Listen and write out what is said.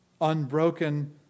unbroken